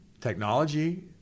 Technology